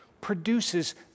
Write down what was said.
produces